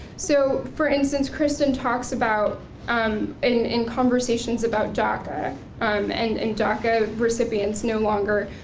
so, for instance, kristen talks about um in in conversations about daca um and and daca recipients no longer